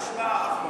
אחמד?